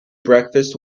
breakfast